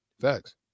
Facts